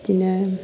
बिदिनो